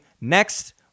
next